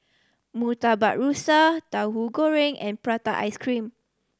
Murtabak Rusa Tahu Goreng and prata ice cream